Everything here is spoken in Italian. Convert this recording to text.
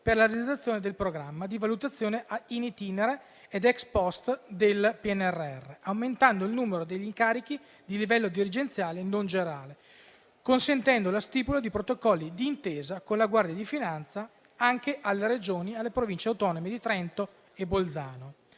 per la realizzazione del programma di valutazione in itinere ed *ex post* del PNRR, aumentando il numero degli incarichi di livello dirigenziale non generale, consentendo la stipula di protocolli di intesa con la Guardia di Finanza anche alle Regioni, alle Province autonome di Trento e Bolzano,